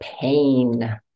pain